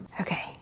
Okay